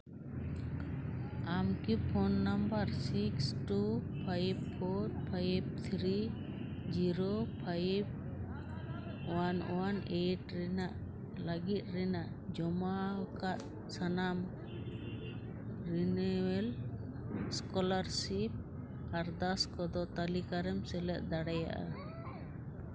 ᱟᱢᱠᱤ phone number six two five four five three zero five one one eight ᱨᱮᱱᱟᱜ ᱞᱟᱹᱜᱤᱫ ᱨᱮᱱᱟᱜ ᱡᱚᱢᱟᱣ ᱠᱟᱜ ᱥᱟᱱᱟᱢ ᱨᱮᱱᱩᱣᱮᱞ ᱥᱠᱚᱞᱟᱨᱥᱤᱯ ᱟᱨᱫᱟᱥ ᱠᱚᱫᱚ ᱛᱟᱹᱞᱤᱠᱟ ᱨᱮᱢ ᱥᱮᱞᱮᱫ ᱫᱟᱲᱮᱭᱟᱜᱼᱟ